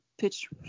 pitch